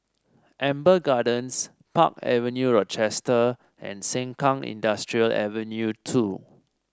Amber Gardens Park Avenue Rochester and Sengkang Industrial Ave two